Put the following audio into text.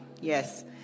Yes